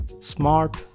Smart